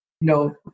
No